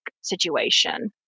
situation